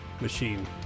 machine